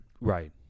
Right